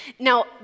Now